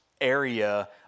area